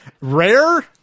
Rare